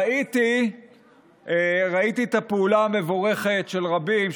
ראיתי את הפעולה המבורכת של רבים,